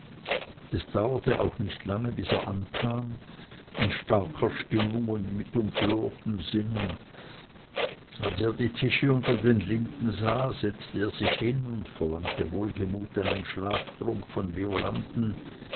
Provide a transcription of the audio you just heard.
es dauerte auch nicht lange bis er ankam in starker stimmung und mit umflorten sinnen als er die tische unter den linden sah setzte er sich hin und verlangte wohlgelaunt einen schlaftrunk von violanden